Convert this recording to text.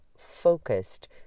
Focused